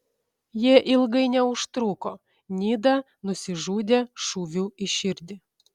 jie ilgai neužtruko nida nusižudė šūviu į širdį